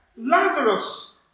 Lazarus